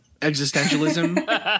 existentialism